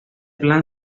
plan